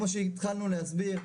כמו שהתחלנו להסביר,